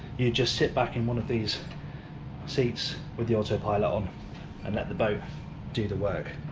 you just sit back in one of these seats with the autopilot on and let the boat do the work.